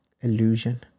illusion